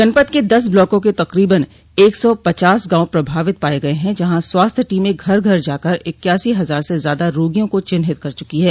जनपद के दस ब्लाकों के तकरीबन एक सौ पचास गांव प्रभावित पाये गये हैं जहां स्वास्थ्य टीमें घर घर जाकर इक्यासी हजार से ज्यादा रोगियों को चिन्हित कर चुकी है